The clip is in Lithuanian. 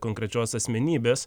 konkrečios asmenybės